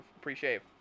pre-shave